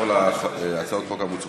אני מבקש לעבור להצעות החוק המוצמדות.